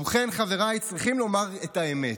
ובכן, חבריי, צריכים לומר את האמת: